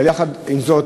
יחד עם זאת,